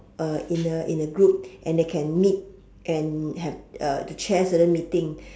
uh in a in a group and they can meet and have uh to chair certain meeting